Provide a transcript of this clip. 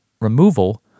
removal